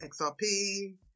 XRP